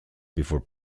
before